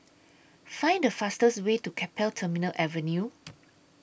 Find The fastest Way to Keppel Terminal Avenue